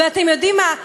ואתם יודעים מה,